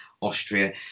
Austria